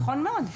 נכון מאוד.